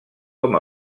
com